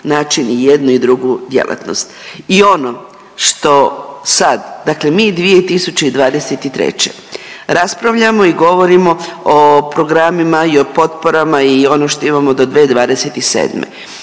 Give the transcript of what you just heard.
način i jednu i drugu djelatnost. I ono što sad, dakle mi 2023. raspravljamo i govorimo o programima i o potporama i ono što imamo do 2027.